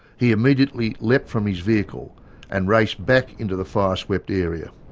he immediately leapt from his vehicle and raced back into the fire-swept area.